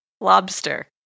Lobster